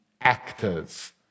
actors